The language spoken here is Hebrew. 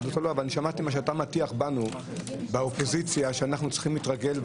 אבל שמעתי מה שאתה מטיח באופוזיציה שאנחנו צריכים להתרגל,